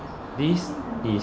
this is